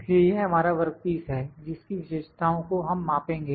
इसलिए यह हमारा वर्कपीस है जिस की विशेषताओं को हम मापेंगे